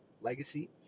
legacy